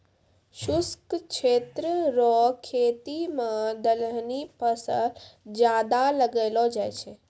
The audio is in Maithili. शुष्क क्षेत्र रो खेती मे दलहनी फसल ज्यादा लगैलो जाय छै